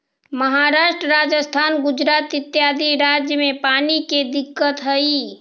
महाराष्ट्र, राजस्थान, गुजरात इत्यादि राज्य में पानी के दिक्कत हई